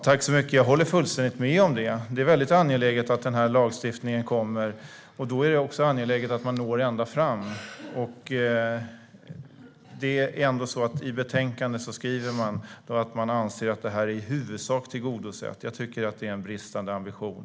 Herr talman! Jag håller fullständigt med om det. Det är väldigt angeläget att den här lagsstiftningen kommer. Då är det också angeläget att man når ända fram. I betänkandet skriver man att man anser att detta i huvudsak är tillgodosett. Jag tycker att det är en bristande ambition.